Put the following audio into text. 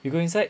we go inside